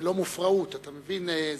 ולא מופרעות, אתה מבין?